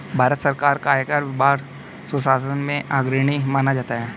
भारत सरकार का आयकर विभाग सुशासन में अग्रणी माना जाता है